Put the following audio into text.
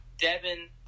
Devin